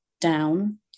down